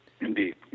Indeed